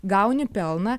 gauni pelną